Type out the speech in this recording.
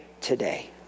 today